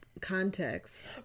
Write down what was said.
context